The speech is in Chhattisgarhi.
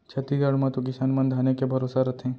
छत्तीसगढ़ म तो किसान मन धाने के भरोसा रथें